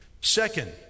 second